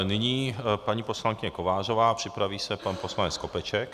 Nyní paní poslankyně Kovářová a připraví se pan poslanec Skopeček.